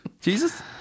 jesus